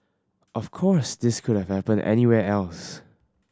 of course this could have happened anywhere else